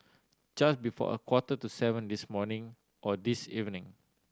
just before a quarter to seven this morning or this evening